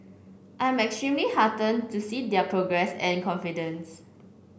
I am extremely heartened to see their progress and confidence